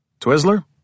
Twizzler